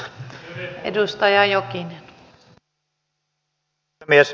arvoisa rouva puhemies